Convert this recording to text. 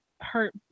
hurt